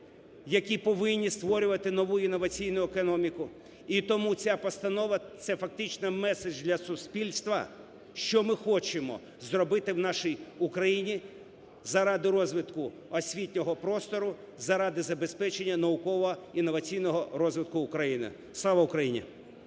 які повинні створювати нову інноваційну економіку. І тому ця постанова – це фактично меседж для суспільства, що ми хочемо зробити в нашій Україні заради розвитку освітнього простору, заради забезпечення науково-інноваційного розвитку України. Слава Україні!